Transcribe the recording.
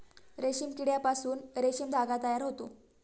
रेशीम किड्यापासून रेशीम धागा तयार होतो